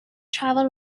travelled